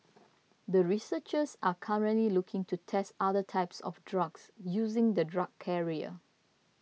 the researchers are currently looking to test other types of drugs using the drug carrier